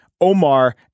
Omar